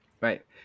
Right